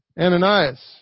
Ananias